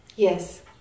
Yes